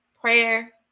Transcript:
prayer